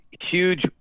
huge